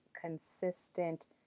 consistent